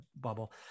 bubble